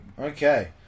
okay